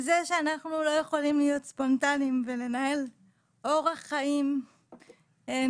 זה שלעומתם אנחנו לא יכולים להיות ספונטניים ולנהל אורח חיים נורמטיבי,